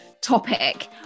topic